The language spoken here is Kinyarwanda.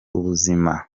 ubuzima